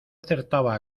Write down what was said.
acertaba